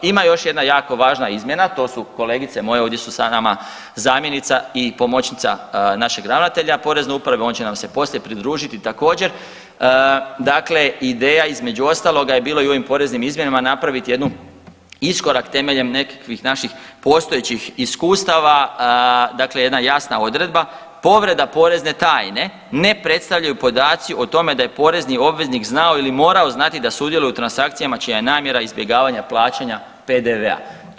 Ima još jedna jako važna izmjena to su kolegice moje ovdje su sa nama zamjenica i pomoćnica našeg ravnatelja Porezne uprave, on će nam se poslije pridružiti također dakle ideja između ostaloga je bilo i u ovim poreznim izmjenama napraviti jednu iskorak temeljem nekakvih naših postojećih iskustava dakle jedna jasna odredba povreda porezne tajne ne predstavljaju podaci o tome da je porezni obveznik znao ili morao znati da sudjeluje u transakcijama čija je namjera izbjegavanja plaćanja PDV-a.